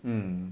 mm